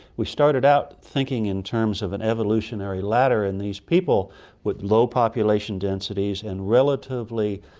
we started out thinking in terms of an evolutionary ladder, and these people with low population densities and relatively.